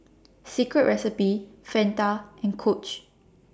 Secret Recipe Fanta and Coach